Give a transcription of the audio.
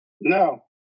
No